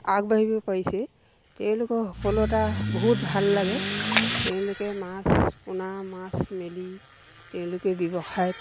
আগবাঢ়িব পাৰিছে তেওঁলোকৰ সফলতা বহুত ভাল লাগে তেওঁলোকে মাছ পোনা মাছ মেলি তেওঁলোকে ব্যৱসায়ত